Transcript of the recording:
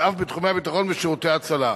ואף בתחומי הביטחון ושירותי ההצלה.